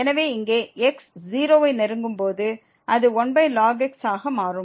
எனவே இங்கே x 0 வை நெருங்கும்போது அது 1ln x ஆக மாறும்